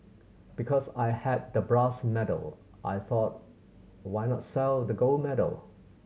because I had the brass medal I thought why not sell the gold medal